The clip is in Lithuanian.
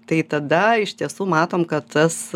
tai tada iš tiesų matom kad tas